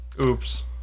Oops